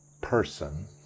person